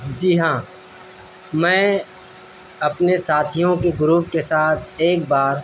جی ہاں میں اپنے ساتھیوں کے گروپ کے ساتھ ایک بار